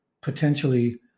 potentially